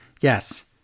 Yes